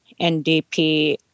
NDP